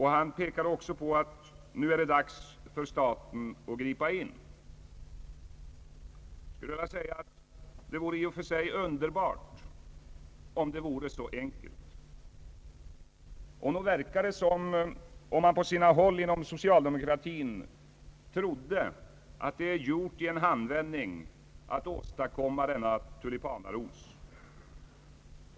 Han förklarade också, att nu är det dags för staten att gripa in. Det vore i och för sig underbart om det vore så enkelt. Nog verkar det som om man på sina håll inom socialdemokratin trodde att det är gjort i en handvändning att åstadkomma denna tulipanaros.